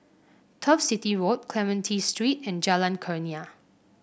Turf City Road Clementi Street and Jalan Kurnia